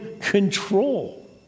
control